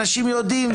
אנשים יודעים,